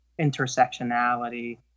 intersectionality